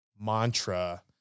mantra